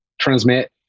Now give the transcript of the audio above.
transmit